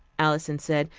alison said,